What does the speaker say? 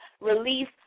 release